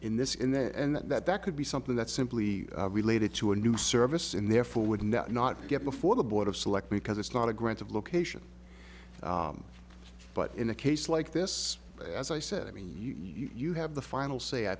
in this in that and that that could be something that simply related to a new service and therefore would not not get before the board of selectmen because it's not a grant of location but in a case like this as i said i mean you have the final say i